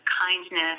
kindness